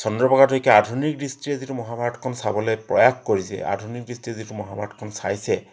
চন্দ্ৰপ্ৰসাদ শইকীয়াই আধুনিক দৃষ্টিৰে যিটো মহাভাৰতখন চাবলৈ প্ৰয়াস কৰিছে আধুনিক দৃষ্টিৰে যিটো মহাভাৰতখন চাইছে